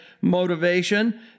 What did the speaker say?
motivation